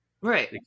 right